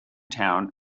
town